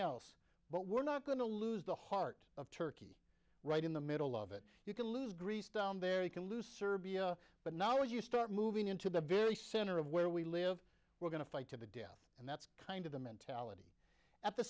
else but we're not going to lose the heart of turkey right in the middle of it you can lose greece down there you can lose serbia but now you start moving into the very center of where we live we're going to fight to the death and that's kind of the mentality at the